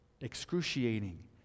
Excruciating